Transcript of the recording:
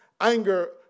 anger